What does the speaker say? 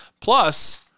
plus